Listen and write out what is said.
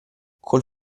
col